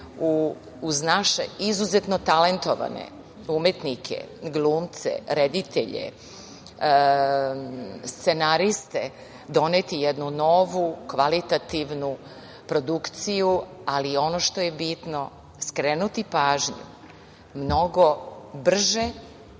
uz naše izuzetno talentovane umetnike, glumce, reditelje, scenariste doneti jednu novu, kvalitativnu produkciju, ali i ono što je bitno, skrenuti pažnju mnogo brže,